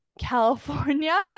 California